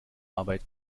arbeit